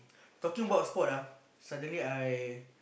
talking about sport ah suddenly I